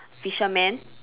fisherman